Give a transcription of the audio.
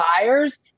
buyers